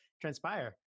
transpire